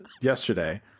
yesterday